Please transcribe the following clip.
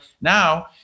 Now